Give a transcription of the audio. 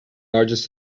largest